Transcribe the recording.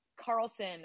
Carlson